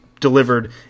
delivered